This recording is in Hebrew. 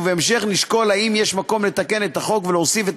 ובהמשך נשקול אם יש מקום לתקן את החוק ולהוסיף את